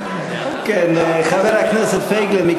חבר הכנסת פייגלין.